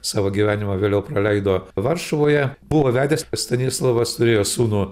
savo gyvenimą vėliau praleido varšuvoje buvo vedęs stanislovas turėjo sūnų